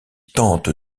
tente